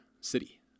city